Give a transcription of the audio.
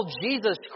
Jesus